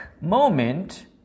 moment